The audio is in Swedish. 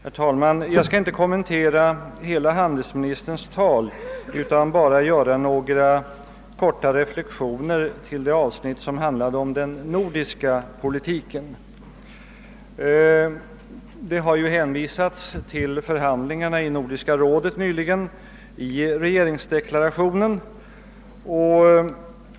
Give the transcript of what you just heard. Herr talman! Jag skall inte kommentera hela handelsministerns tal utan bara göra några korta reflexioner om det avsnitt som handlade om den nordiska politiken. I regeringsdeklarationen har hänvisats till förhandlingarna i Nordiska rådet nyligen.